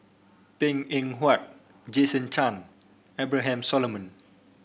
Png Eng Huat Jason Chan Abraham Solomon